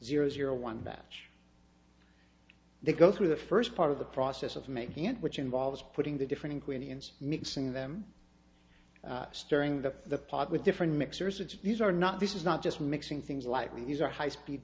zero zero one batch they go through the first part of the process of making it which involves putting the different ingredients mixing them stirring the pot with different mixers and these are not this is not just mixing things lightly these are high speed